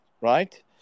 right